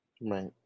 Right